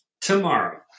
Tomorrow